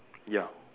ya